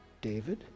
David